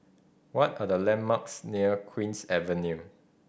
what are the landmarks near Queen's Avenue